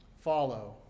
follow